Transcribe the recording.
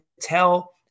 tell